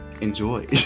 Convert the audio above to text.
Enjoy